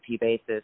basis